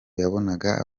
yabonaga